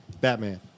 Batman